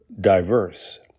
diverse